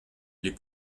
les